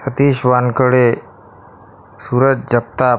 Atish Wankhede Suraj Jagtap